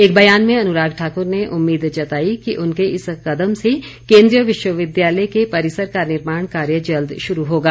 एक बयान में अनुराग ठाकुर ने उम्मीद जताई कि उनके इस कदम से केंद्रीय विश्वविद्यालय के परिसर का निर्माण कार्य जल्द शुरू होगा